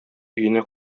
өенә